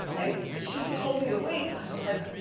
and she told me the weight and i was like,